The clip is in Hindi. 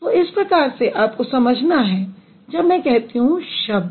तो इस प्रकार से आपको समझना है जब मैं कहती हूँ शब्द